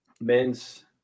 men's